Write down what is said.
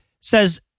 says